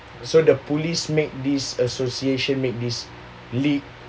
so the police made this association made this league